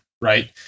right